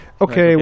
okay